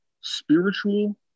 spiritual